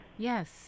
Yes